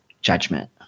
judgment